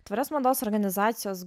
tvarios mados organizacijos